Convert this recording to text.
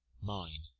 mine